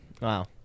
Wow